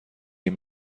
این